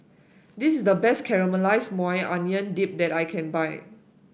this is the best Caramelized Maui Onion Dip that I can find